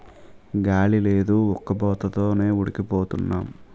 గాలి లేదు ఉక్కబోత తోనే ఉడికి పోతన్నాం